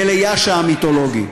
וליאשה המיתולוגי,